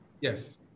Yes